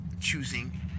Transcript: Choosing